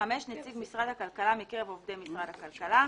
נציג משרד הכלכלה מקרב עובדי משרד הכללה,